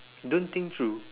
don't think through